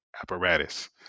Apparatus